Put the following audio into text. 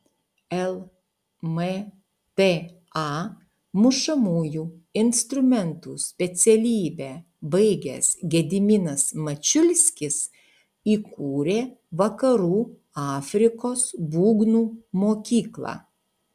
lmta mušamųjų instrumentų specialybę baigęs gediminas mačiulskis įkūrė vakarų afrikos būgnų mokyklą